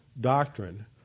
doctrine